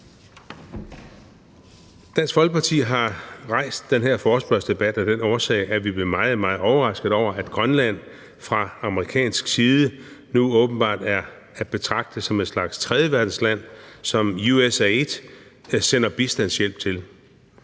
Dansk Folkeparti har rejst den her forespørgselsdebat af den årsag, at vi blev meget, meget overrasket over, at Grønland fra amerikansk side nu åbenbart er at betragte som en slags tredjeverdensland, som USAID sender bistandshjælp til.